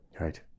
right